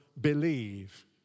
believe